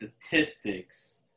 statistics